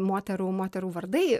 moterų moterų vardai